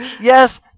yes